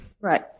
Right